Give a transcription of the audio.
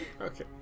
Okay